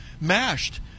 mashed